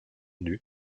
nue